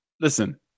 Listen